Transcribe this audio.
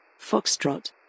Foxtrot